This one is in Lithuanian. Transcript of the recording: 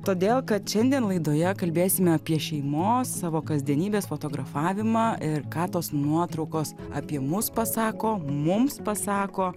todėl kad šiandien laidoje kalbėsime apie šeimos savo kasdienybės fotografavimą ir ką tos nuotraukos apie mus pasako mums pasako